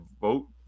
vote